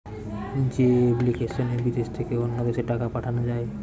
যে এপ্লিকেশনে বিদেশ থেকে অন্য দেশে টাকা পাঠান যায়